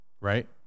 right